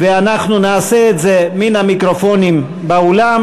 ואנחנו נעשה את זה מן המיקרופונים באולם,